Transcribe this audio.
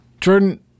Jordan